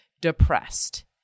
depressed